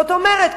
זאת אומרת,